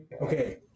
Okay